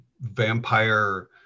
vampire